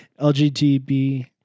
LGBT